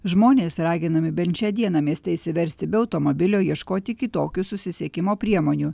žmonės raginami bent šią dieną mieste išsiversti be automobilio ieškoti kitokių susisiekimo priemonių